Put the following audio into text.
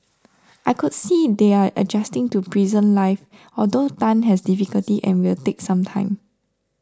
I could see they are adjusting to prison life although Tan has difficulty and will take some time